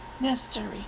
necessary